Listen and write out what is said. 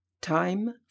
Time